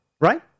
Right